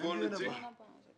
נציג